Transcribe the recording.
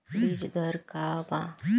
बीज दर का वा?